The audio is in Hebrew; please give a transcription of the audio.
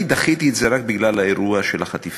אני דחיתי את זה רק בגלל האירוע של החטיפה,